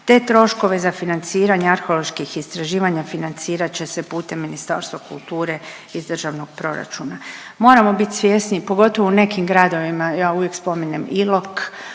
te troškove za financiranje arheoloških istraživanja financirat će se putem Ministarstva kulture iz državnog proračuna. Moramo bit svjesni, pogotovo u nekim gradovima, ja uvijek spominjem Ilok,